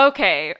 Okay